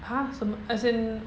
!huh! 什么 as in